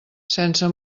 sense